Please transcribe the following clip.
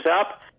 up